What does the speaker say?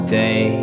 day